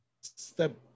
step